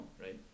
right